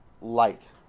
light